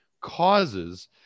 causes